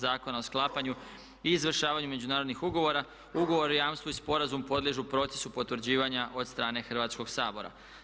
Zakona o sklapanju i izvršavanju međunarodnih ugovora, Ugovor o jamstvu i sporazum podliježu procesu potvrđivanja od strane Hrvatskog sabora.